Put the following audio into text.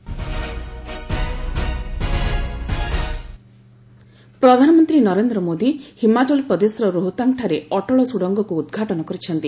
PM Atal tunnel ପ୍ରଧାନମନ୍ତ୍ରୀ ନରେନ୍ଦ୍ର ମୋଦୀ ହିମାଚଳ ପ୍ରଦେଶର ରୋହତାଙ୍ଗଠାରେ ଅଟଳ ସୁଡଙ୍ଗକୁ ଉଦ୍ଘାଟନ କରିଛନ୍ତି